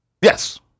Yes